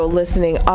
listening